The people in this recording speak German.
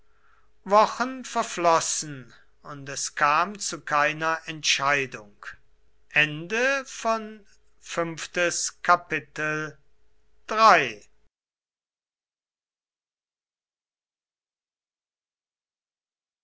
wochen verflossen und es kam zu keiner entscheidung